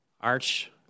Arch